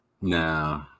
No